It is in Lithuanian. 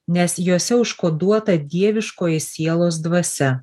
nes jose užkoduota dieviškoji sielos dvasia